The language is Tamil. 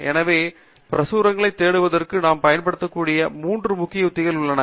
எனவே பிரசுரங்களைத் தேடுவதற்கு நாம் பயன்படுத்தக்கூடிய மூன்று முக்கிய உத்திகள் உள்ளன